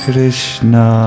Krishna